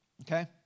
okay